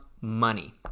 money